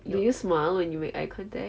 do you smile when you make eye contact